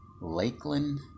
Lakeland